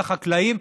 על החקלאים,